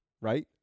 right